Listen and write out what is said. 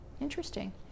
interesting